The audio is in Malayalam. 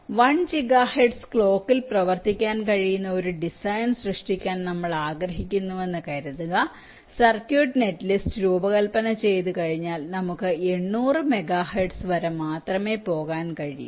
വൺ ജിഗാ ഹെർട്സ് ക്ലോക്കിൽ പ്രവർത്തിക്കാൻ കഴിയുന്ന ഒരു ഡിസൈൻ സൃഷ്ടിക്കാൻ നമ്മൾ ആഗ്രഹിക്കുന്നുവെന്ന് കരുതുക സർക്യൂട്ട് നെറ്റ്ലിസ്റ്റ് രൂപകൽപ്പന ചെയ്തുകഴിഞ്ഞാൽ നമുക്ക് 800 മെഗാ ഹെർട്സ് വരെ മാത്രമേ പോകാൻ കഴിയൂ